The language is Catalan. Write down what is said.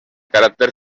caràcter